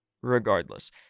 regardless